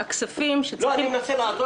אדוני, הכספים שאתה מדבר